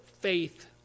faith